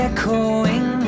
Echoing